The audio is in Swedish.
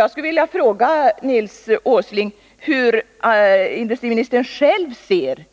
Jag skulle vilja fråga industriminister Nils Åsling hur han själv ser